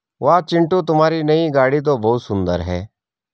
वाह चिंटू तुम्हारी नई गाड़ी तो बहुत सुंदर है